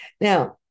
Now